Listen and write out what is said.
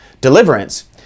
deliverance